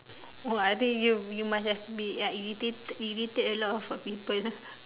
!wah! I think you you must have be irritated irritate a lot of uh people ah